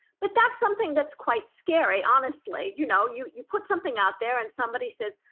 but that's something that's quite scary, honestly. you know you you put something out there and somebody says,